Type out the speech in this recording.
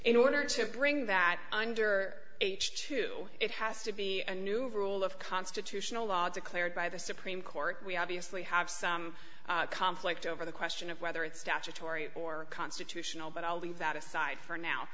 in order to bring that under age to it has to be a new rule of constitutional law declared by the supreme court we obviously have some conflict over the question of whether it's statutory or constitutional but i'll leave that aside for now